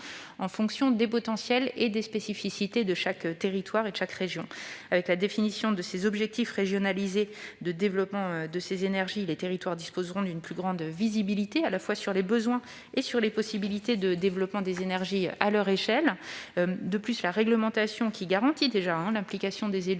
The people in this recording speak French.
en fonction des potentiels et des spécificités de chaque territoire et de chaque région. Avec la définition de tels objectifs régionalisés de développement de ces énergies, les territoires disposeront d'une plus grande visibilité, à leur échelle, pour ce qui concerne tant les besoins que les possibilités de développement de ces énergies. En outre, la réglementation garantit déjà l'implication des élus